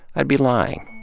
i'd be lying.